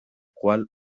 cual